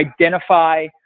identify